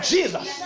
Jesus